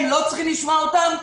הם לא צריכים לשמוע אותם?